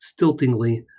stiltingly